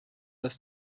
das